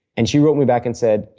and she wrote me back and said,